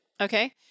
Okay